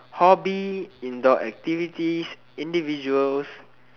hobby indoor activities individual